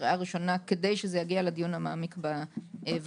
בקריאה ראשונה כדי שזה יגיע לדיון המעמיק בוועדה.